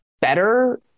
better